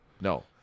No